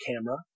camera